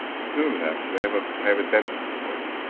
soon actually. i have ah have a dentist appointment.